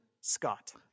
Scott